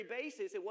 basis